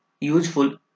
useful